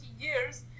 years